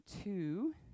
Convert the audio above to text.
two